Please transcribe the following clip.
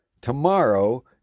tomorrow